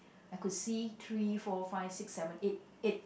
I could see three four five six seven eight eight